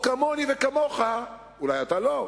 או כמוני וכמוך אולי אתה לא,